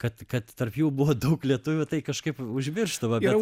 kad kad tarp jų buvo daug lietuvių tai kažkaip užmirštama bet